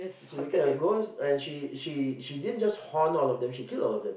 she became a ghost and she she she didn't just haunt all of them she killed all of them